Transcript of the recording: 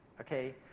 okay